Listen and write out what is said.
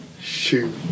Shoot